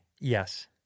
Yes